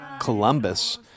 Columbus